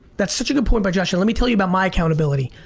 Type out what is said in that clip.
that's such a good point by joshua. let me tell you about my accountability.